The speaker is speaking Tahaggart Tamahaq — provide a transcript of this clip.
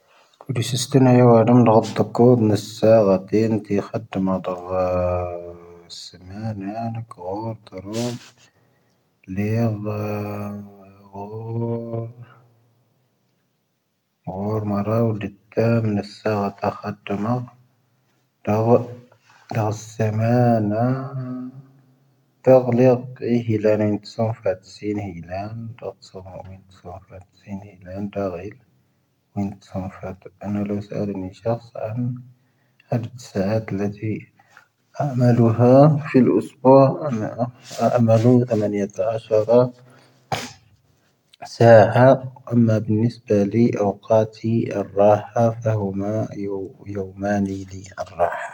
ʻʻⴰⵏⵓ ʻⵍū ʻⵙāⴷ ʻⵔⵉⵏⵉ ʻʻʻⴰⵙ ʻⴰⵏⵓ ʻⴰⵍ ʻⵜʻⵙāⴷ ʻⵍⴰⵜⵉ ʻⴰʻⵎⴰⵍⵓ ⵀⴰ ʻⴼⵉⵍ ʻⵓṣpⵓⴰ ʻⴰⵏⵓ ʻⴰʻⵎⴰⵍⵓ ʻⴰʻⵎⴰⵏ ⵢⴰⵜⴻ ʻⴰⵙⵀⵡⴰⵔⴰ ʻⵙāⴷ ʻⴰʻⵎⴰ ʻⴱⵏⵉ ʻⵙⴷā ⵍⵉ ʻⵓⵇāⵜⵉ ʻⴰⵍ ʻⵔāⵀⴰ ʻⴼⴰⵀⵓⵎā ʻⵢⴰⵡⵎⴰⵏⵉⵍⵉ ʻⴰⵍ ʻⵔāⵀⴰ ʻⴰʻ.